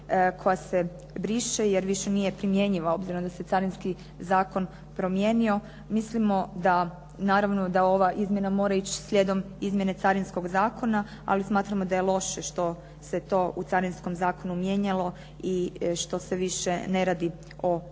koja se briše, jer nije primjenjiva. Obzirom da se Carinski zakon promijenio. Mislimo da napravo da ova izmjena mora ići slijedom izmjene Carinskog zakona, ali smatramo da je to loše što se to u Carinskom zakonu mijenjalo i što se više ne radi o carinskom